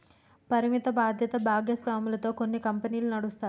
పరిమిత బాధ్యత భాగస్వామ్యాలతో కొన్ని కంపెనీలు నడుస్తాయి